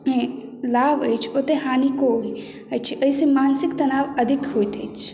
लाभ अछि ओते हानिओ अछि एहिसे मानसिक तनाव अधिक होयत अछि